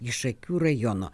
iš šakių rajono